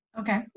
Okay